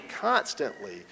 constantly